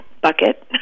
Bucket